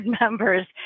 members